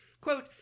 Quote